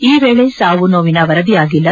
ಈ ವೇಳೆ ಸಾವು ನೋವಿನ ವರದಿಯಾಗಿಲ್ಲ